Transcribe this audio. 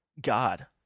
God